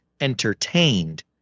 entertained